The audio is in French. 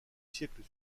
siècle